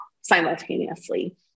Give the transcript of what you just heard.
simultaneously